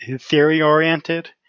theory-oriented